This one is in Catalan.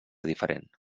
diferent